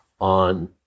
on